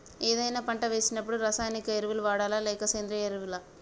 ఏదైనా పంట వేసినప్పుడు రసాయనిక ఎరువులు వాడాలా? లేక సేంద్రీయ ఎరవులా?